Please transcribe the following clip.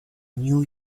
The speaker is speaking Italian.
new